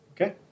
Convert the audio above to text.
Okay